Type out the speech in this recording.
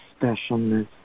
specialness